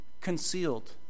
concealed